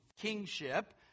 kingship